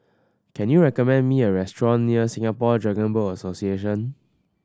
can you recommend me a restaurant near Singapore Dragon Boat Association